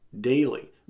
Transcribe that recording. daily